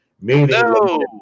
Meaning